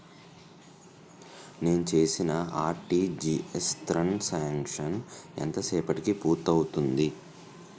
నేను చేసిన RTGS transaction ఎంత సేపటికి పూర్తి అవుతుంది?